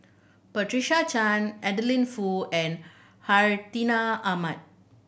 Patricia Chan Adeline Foo and Hartinah Ahmad